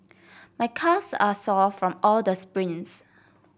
my calves are sore from all the sprints